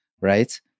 right